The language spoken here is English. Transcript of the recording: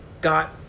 got